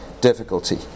difficulty